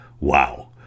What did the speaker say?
Wow